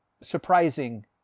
surprising